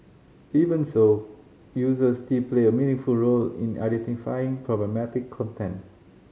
even so users still play a meaningful role in identifying problematic content